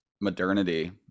modernity